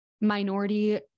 minority